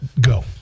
go